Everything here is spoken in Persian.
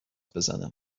بزنم